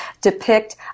depict